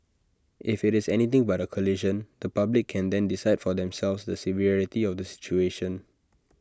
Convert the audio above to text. if IT is anything but A collision the public can then decide for themselves the severity of the situation